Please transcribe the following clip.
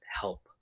help